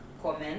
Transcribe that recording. comment